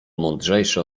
mądrzejsze